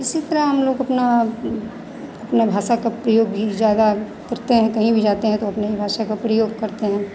इसी तरह हम लोग अपना अपना भाषा का प्रयोग भी ज़्यादा करते हैं कहीं भी जाते हैं तो अपनी ही भाषा का प्रयोग करते हैं